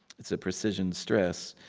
it's a precision-stress,